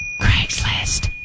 Craigslist